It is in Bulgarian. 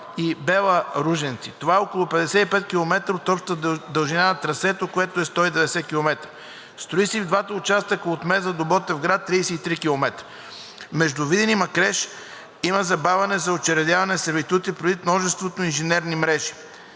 Бяла – Ружинци. Това е около 55 км от общата дължина на трасето, което е 190 км. Строи се и в двата участъка от Мездра до Ботевград – 33 км. Между Видин и Макреш има забавяне за учредяване сервитути, предвид множеството инженерни мрежи.